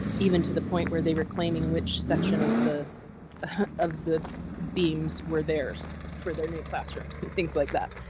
even to the point where they were claiming which section of the of the beams were theirs for their new classrooms and things like that,